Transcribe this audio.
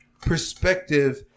perspective